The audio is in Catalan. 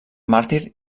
màrtir